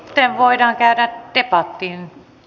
sitten voidaan käydä debattiin